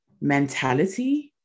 mentality